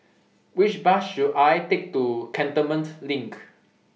Which Bus should I Take to Cantonment LINK